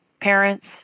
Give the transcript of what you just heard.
parents